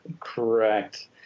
correct